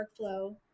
workflow